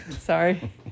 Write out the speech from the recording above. Sorry